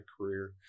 career